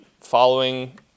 following